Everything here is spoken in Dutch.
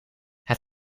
het